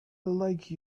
like